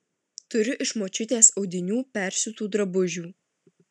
turiu iš močiutės audinių persiūtų drabužių